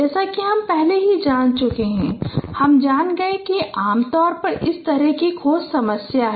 जैसा कि हम पहले ही जान चुके हैं हम जान गए कि आमतौर पर इस तरह की खोज समस्या है